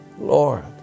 Lord